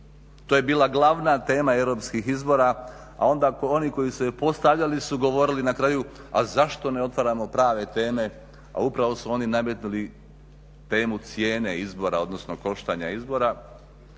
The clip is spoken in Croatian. to je bila glavna tema Europskih izbora, a onda oni koji su je postavljali su govorili na kraju, a zašto ne otvaramo prave teme, a upravo su oni nametnuli temu cijene izbora, odnosno koštanja izbora,